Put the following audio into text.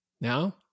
Now